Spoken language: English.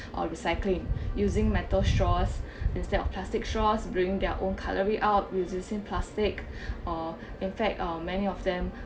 or recycling using metal straws instead of plastic straws bring their own cutlery out reducing plastic or in fact um many of them